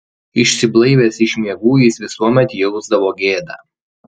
išsiblaivęs iš miegų jis visuomet jausdavo gėdą